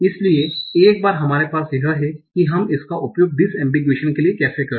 इसलिए एक बार हमारे पास यह है कि हम इसका उपयोग डिसएम्बिगुएशन के लिए कैसे करे